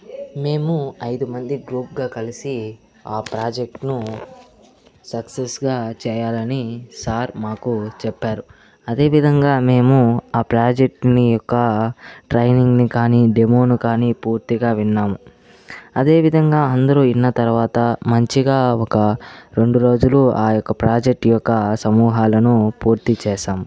మేము ఐదు మంది గ్రూప్గా కలిసి ఆ ప్రాజెక్ట్ను సక్సెస్గా చేయాలని సార్ మాకు చెప్పారు అదేవిధంగా మేము ఆ ప్రాజెక్ట్ని యొక్క ట్రైనింగ్ని కానీ డెమోని కానీ పూర్తిగా విన్నాము అదేవిధంగా అందరూ విన్న తర్వాత మంచిగా ఒక రెండు రోజులు ఆ యొక్క ప్రాజెక్టు యొక్క సమూహాలను పూర్తి చేసాం